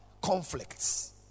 conflicts